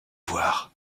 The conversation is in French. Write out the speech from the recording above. voir